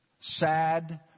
sad